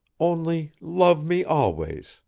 only love me always,